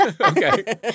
okay